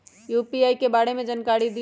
UPI के बारे में जानकारी दियौ?